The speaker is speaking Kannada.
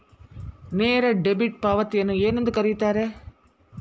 ನೇರ ಡೆಬಿಟ್ ಪಾವತಿಯನ್ನು ಏನೆಂದು ಕರೆಯುತ್ತಾರೆ?